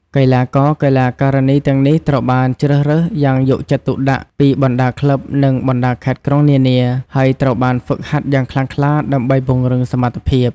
កីឡាករ កីឡាការិនីទាំងនេះត្រូវបានជ្រើសរើសយ៉ាងយកចិត្តទុកដាក់ពីបណ្ដាក្លឹប និងបណ្ដាខេត្តក្រុងនានា ហើយត្រូវបានហ្វឹកហាត់យ៉ាងខ្លាំងក្លាដើម្បីពង្រឹងសមត្ថភាព។